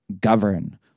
govern